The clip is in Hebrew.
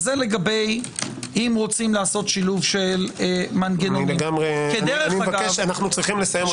זה לגבי אם רוצים לעשות שילוב של מנגנון- -- אנו צריכים לסיים.